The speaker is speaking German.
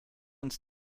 uns